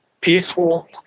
peaceful